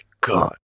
God